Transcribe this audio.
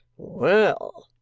well!